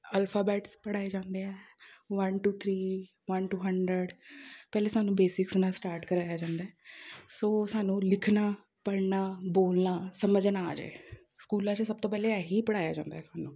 alphabets ਪੜ੍ਹਾਏ ਜਾਂਦੇ ਹੈ one two three one two hundred ਪਹਿਲੇ ਸਾਨੂੰ ਬੇਸਿਕਸ ਨਾਲ ਸਟਾਰਟ ਕਰਵਾਇਆ ਜਾਂਦਾ ਸੋ ਸਾਨੂੰ ਲਿਖਣਾ ਪੜ੍ਹਨਾ ਬੋਲਣਾ ਸਮਝਣਾ ਆ ਜਾਏ ਸਕੂਲਾਂ 'ਚ ਸਭ ਤੋਂ ਪਹਿਲੇ ਇਹੀ ਪੜ੍ਹਾਇਆ ਜਾਂਦਾ ਸਾਨੂੰ